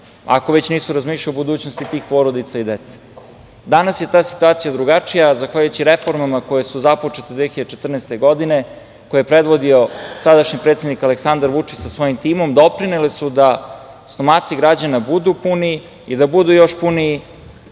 ako već nisu razmišljali o budućnosti tih porodica i dece. Danas je ta situacija drugačija zahvaljujući reformama koje su započete 2014. godine, koje je predvodio sadašnji predsednik Aleksandar Vučić sa svojim timom, doprinele su da stomaci građana budu puni i da budu još puniji